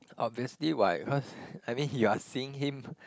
obviously what cause I mean you are seeing him